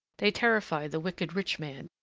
they terrify the wicked rich man,